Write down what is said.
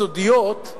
סודיות,